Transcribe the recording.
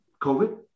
COVID